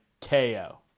KO